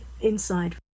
inside